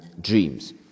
dreams